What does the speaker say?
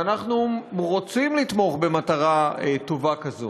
ואנחנו רוצים לתמוך במטרה טובה כזאת.